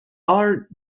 are